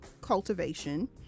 cultivation